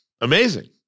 Amazing